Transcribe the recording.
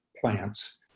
plants